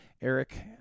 Eric